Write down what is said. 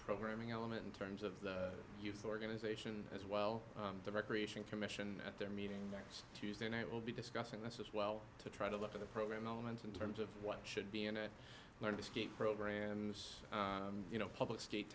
programming element in terms of the youth organization as well the recreation commission at their meeting next tuesday night we'll be discussing this as well to try to look at the program moments in terms of what should be in to learn to skate programs you know public skate